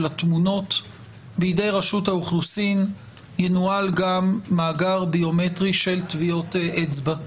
התמונות בידי רשות האוכלוסין ינוהל גם מאגר ביומטרי של טביעות אצבע.